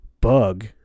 bug